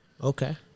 Okay